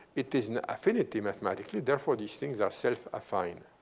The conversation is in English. it is an affinity mathematically. therefore, these things are self-affine.